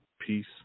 peace